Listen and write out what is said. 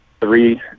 three